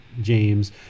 James